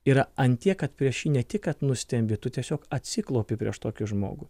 ir ant tiek kad prieš jį ne tik kad nustembi tu tiesiog atsiklaupi prieš tokį žmogų